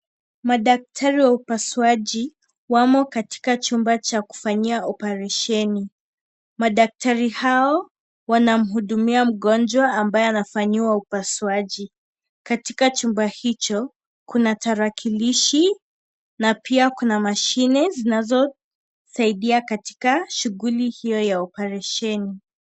Madaktari wa upasuaji wamo katika chumba cha kufanyia oparisheni, madaktari hao wanamhudumia mgonjwa ambaye anafanyiwa upasuaji, katika chumba hicho kuna tarakilishi na pia kuna mashine zinazosaidia katika shughuli hiyo ya oparisheni.